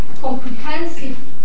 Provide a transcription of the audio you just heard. comprehensive